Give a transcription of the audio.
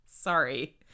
Sorry